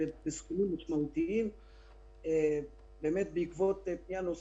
מאחר שהוא ברובו לא נפגע בעקבות המשבר,